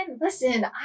listen